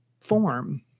form